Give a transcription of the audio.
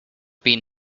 been